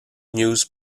news